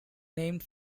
named